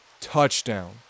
touchdown